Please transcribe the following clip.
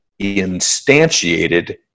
instantiated